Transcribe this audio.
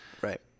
Right